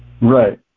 Right